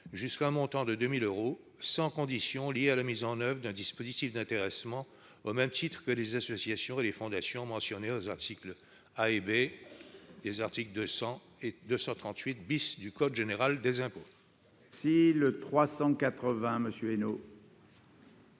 jusqu'à un montant de 2 000 euros, sans condition liée à la mise en oeuvre d'un dispositif d'intéressement, au même titre que les associations et les fondations mentionnées aux a) et b) du 1° des articles 200 et 238 du code général des impôts. L'amendement